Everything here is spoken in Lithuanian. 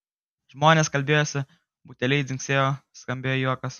žmonės kalbėjosi buteliai dzingsėjo skambėjo juokas